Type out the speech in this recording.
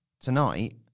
tonight